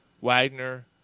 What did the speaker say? Wagner